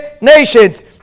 nations